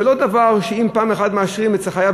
זה לא דבר שאם פעם אחת מאשרים זה חייב